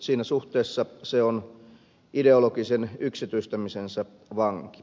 siinä suhteessa se on ideologisen yksityistämisensä vanki